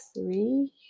three